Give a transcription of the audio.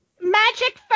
magic